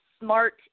Smart